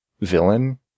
villain